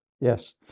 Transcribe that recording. Yes